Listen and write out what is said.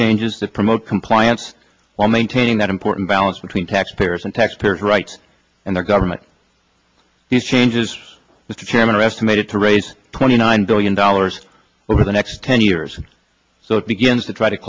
changes that promote compliance while maintaining that important balance between tax payers and tax payers right and our government these changes mr chairman are estimated to raise twenty nine billion dollars over the next ten years so it begins to try t